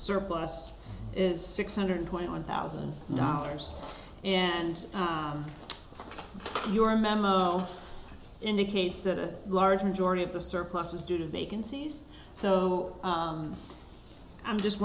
surplus is six hundred twenty one thousand dollars and your memo indicates that a large majority of the surplus was due to vacancies so i'm just